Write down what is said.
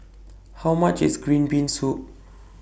How much IS Green Bean Soup